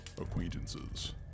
acquaintances